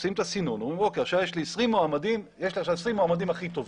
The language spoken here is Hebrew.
עושים את הסינון ואומרים שעכשיו יש לי 20 מועמדים הכי טובים.